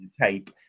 tape